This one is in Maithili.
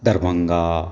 दरभङ्गा